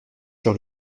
sur